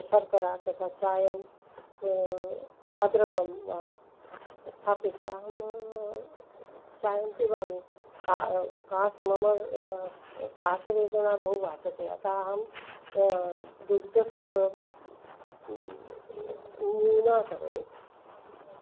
शर्करां तथा चायं आर्द्रकं वा स्थापयित्वा अहं चायं पिबामि कासः मम कासवेदना बहु भासते अतः अहं दुग्धस्य प्रयोगं न्यूनं करोमि